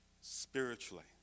spiritually